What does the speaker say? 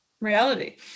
Reality